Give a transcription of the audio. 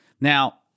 Now